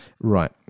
Right